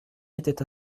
était